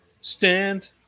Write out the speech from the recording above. Stand